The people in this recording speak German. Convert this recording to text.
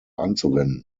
anzuwenden